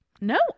no